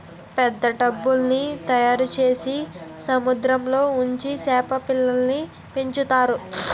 పెద్ద టబ్బుల్ల్ని తయారుచేసి సముద్రంలో ఉంచి సేప పిల్లల్ని పెంచుతారు